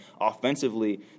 offensively